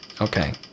Okay